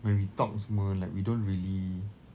when we talk ni semua we don't really